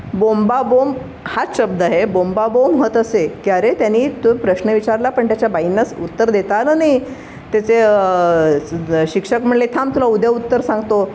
बोंबाबोंब हाच शब्द आहे बोंबाबोंब होत असे की अरे त्यांनी तो प्रश्न विचारला पण त्याच्या बाईंनाच उत्तर देता आलं नाही त्याचे शिक्षक म्हणाले थांब तुला उद्या उत्तर सांगतो